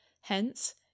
Hence